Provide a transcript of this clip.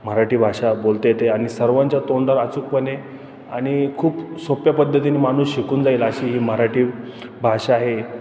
मराठी भाषा बोलता येते आणि सर्वांच्या तोंडात अचूकपणे आणि खूप सोप्या पद्धतीने माणूस शिकून जाईल अशी ही मराठी भाषा आहे